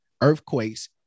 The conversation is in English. earthquakes